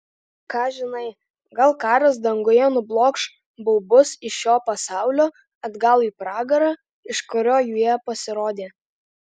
ką žinai gal karas danguje nublokš baubus iš šio pasaulio atgal į pragarą iš kurio jie pasirodė